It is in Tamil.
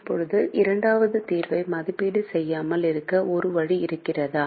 இப்போது இரண்டாவது தீர்வை மதிப்பீடு செய்யாமல் இருக்க ஒரு வழி இருக்கிறதா